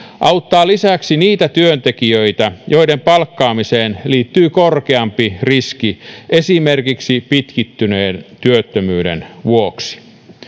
auttaa lisäksi niitä työntekijöitä joiden palkkaamiseen liittyy korkeampi riski esimerkiksi pitkittyneen työttömyyden vuoksi